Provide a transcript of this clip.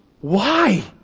Why